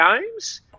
games